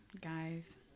guys